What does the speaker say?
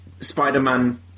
Spider-Man